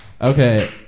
Okay